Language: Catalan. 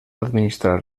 administrar